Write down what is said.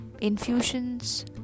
infusions